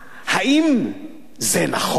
האם זה נכון?